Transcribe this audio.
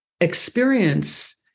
experience